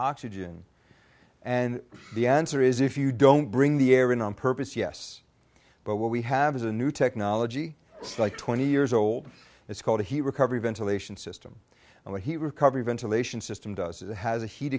oxygen and the answer is if you don't bring the air in on purpose yes but what we have is a new technology like twenty years old it's called he recovery ventilation system and what he recovery ventilation system does is it has a heat